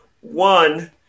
One